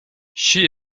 she